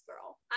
girl